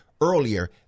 earlier